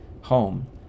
home